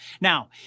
Now